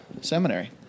seminary